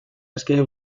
escape